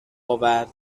آورد